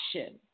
action